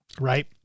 right